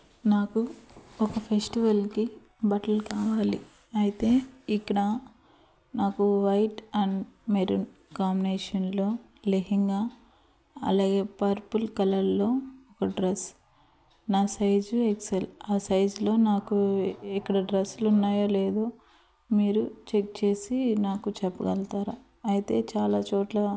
నాకు ఒక ఫెస్టివల్కి బట్టలు కావాలి అయితే ఇక్కడ నాకు వైట్ అండ్ మెరూన్ కాంబినేషన్లో లెహంగా అలాగే పర్పుల్ కలర్లో ఒక డ్రెస్ నా సైజు ఎక్స్ఎల్ ఆ సైజులో నాకు ఇక్కడ డ్రస్లు ఉన్నాయో లేదో మీరు చెక్ చేసి నాకు చెప్పగలుగుతారా అయితే చాలా చోట్ల